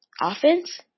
Offense